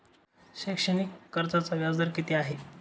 शैक्षणिक कर्जाचा व्याजदर किती आहे?